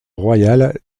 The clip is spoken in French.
royale